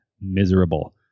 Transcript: miserable